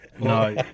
No